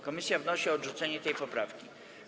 Komisja wnosi o odrzucenie tej poprawki.